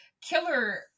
killer